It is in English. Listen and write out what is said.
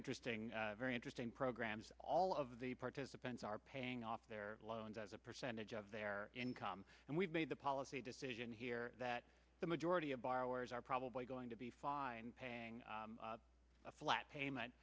interesting very interesting programs all of the participants are paying off their loans as a percentage of their income and we've made a policy decision here that the majority of borrowers are probably going to be fine paying a flat